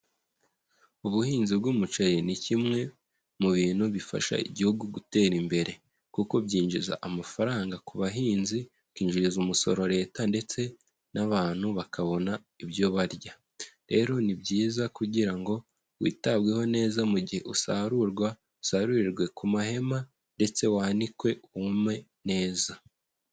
Ubuhinzi bw'umuceri ni kimwe mu bintu bifasha igihugu gutera imbere, kuko byinjiza amafaranga ku bahinzi, ukinjiriza umusoro Leta ndetse n'abantu bakabona ibyo barya. Rero ni byiza kugira ngo witabweho neza mu gihe usarurwa, usarurirwe ku mahema ndetse wanikwe wume neza.